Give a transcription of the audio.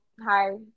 hi